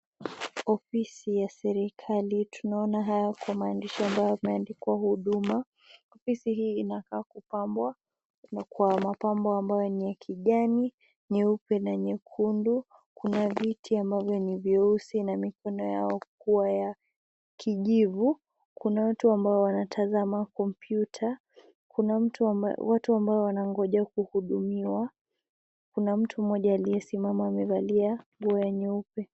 Ofisi ya serikali tunaona hayo kwa maandishi ambayo yameandikwa huduma. Ofisi hii inakaa kupambwa na kwa mapambo ambayo ni ya kijani, nyeupe na nyekundu. Kuna viti ambavyo ni vyeusi na mikono yao kuwa ya kijivu. Kuna watu ambao wanatazama kompyuta. Kuna watu ambao wanangoja kuhudumiwa. Kuna mtu mmoja aliyesimama amevalia nguo ya nyeupe.